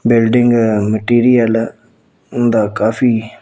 building material ਦਾ ਕਾਫੀ